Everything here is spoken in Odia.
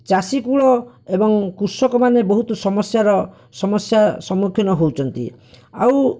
ଚାଷୀ କୂଳ ଏବଂ କୃଷକମାନେ ବହୁତ ସମସ୍ୟାର ସମସ୍ୟା ସମ୍ମୁଖୀନ ହେଉଛନ୍ତି ଆଉ